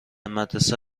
مدرسه